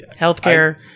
Healthcare